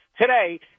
today